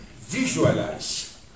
visualize